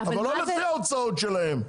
אבל לא לפי ההוצאות שלהם.